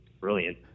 brilliant